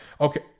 Okay